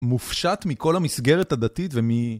מופשט מכל המסגרת הדתית ומי...